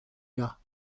gars